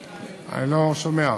אדוני,